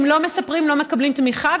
אם לא מספרים לא מקבלים תמיכה,